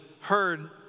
heard